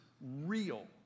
real